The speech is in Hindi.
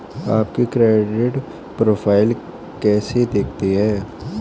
आपकी क्रेडिट प्रोफ़ाइल कैसी दिखती है?